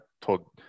told